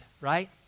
Right